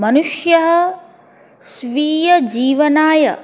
मनुष्यः स्वीयं जीवनाय